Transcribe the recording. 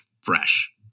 fresh